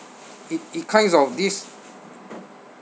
it it kinds of this